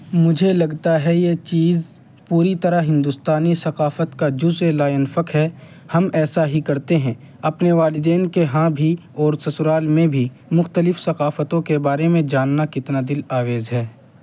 مجھے لگتا ہے یہ چیز پوری طرح ہندوستانی ثقافت کا جزء لاینفک ہے ہم ایسا ہی کرتے ہیں اپنے والدین کے ہاں بھی اور سسرال میں بھی مختلف ثقافتوں کے بارے میں جاننا کتنا دل آویز ہے